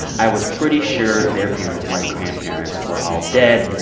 i was pretty sure their parents, my grandparents, were all dead.